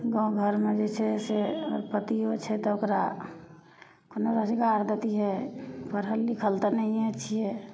गाम घरमे जे छै से ओकर पतिओ छै तऽ ओकरा कोनो रोजगार देतिए पढ़ल लिखल तऽ नहिए छिए